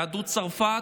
יהדות צרפת.